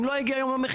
אם לא הגיע יום המכירה,